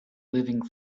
living